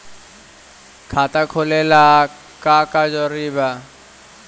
खाता खोले ला का का जरूरी बा?